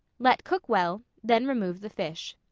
let cook well then remove the fish.